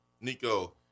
Nico